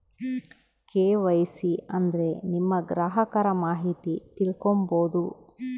KYC ಅಂದ್ರೆ ನಿಮ್ಮ ಗ್ರಾಹಕರ ಮಾಹಿತಿ ತಿಳ್ಕೊಮ್ಬೋದು